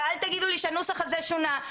אל תגידו לי שהנוסח הזה שונה.